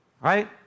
Right